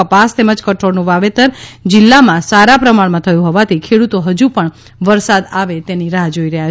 કપાસ તેમજ કઠોળનું વાવેતર જિલ્લામાં સારા પ્રમાણમાં થયું હોવાથી ખેડૂતો હજુ પણ વરસાદ આવે તેની રાહ જોઈ રહ્યા છે